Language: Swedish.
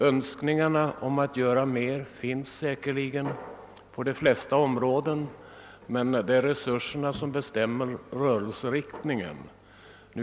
Önskningarna om att göra mer finns säkerligen på de flesta områden, men det är resurserna som bestämmer rörelseriktningen.